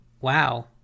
wow